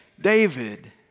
David